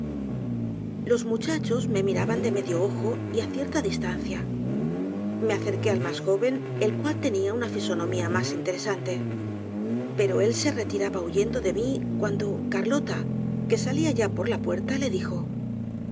los muchachos me miraban de medio ojo y á cierta distancia me acerqué al mas joven el cual tenia una fisonomía mas interesante pero él se retiraba huyendo de mí cuando carlota que salía ya por la puerta le dijo